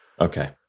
okay